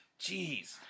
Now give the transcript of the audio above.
Jeez